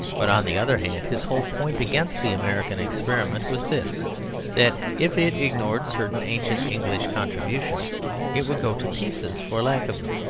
but on the other hand, his whole point against the american experiment was this that if it ignored certain ancient english contributions it would go to pieces for lack of them.